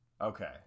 Okay